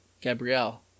Gabrielle